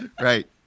Right